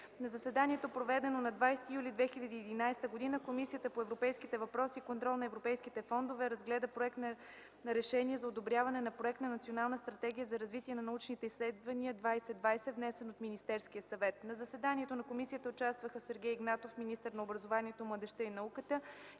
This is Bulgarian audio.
„На заседанието, проведено на 20 юли 2011 г., Комисията по европейските въпроси и контрол на европейските фондове разгледа Проект за решение за одобряване на проект на Национална стратегия за развитие на научните изследвания 2020, внесен от Министерския съвет. На заседанието на комисията участваха Сергей Игнатов – министър на образованието, младежта и науката